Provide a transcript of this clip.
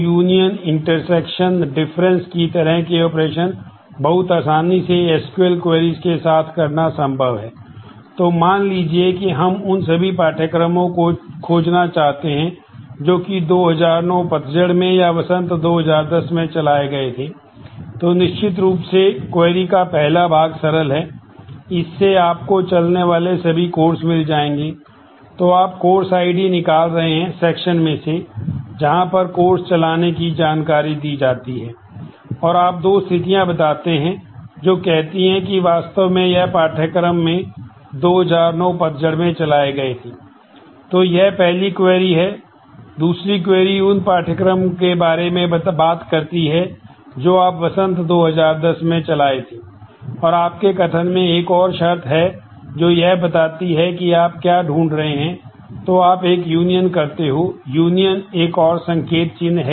अब हम सामान्य सेट में से जहाँ पर कोर्स चलाने की जानकारी दी जाती है और आप 2 स्थितियां बताते हैं जो कहती हैं कि वास्तव में यह पाठ्यक्रम में 2009 पतझड़ में चलाए गए थे